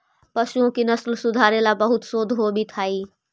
पशुओं की नस्ल सुधारे ला बहुत शोध होवित हाई